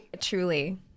Truly